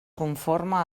conforme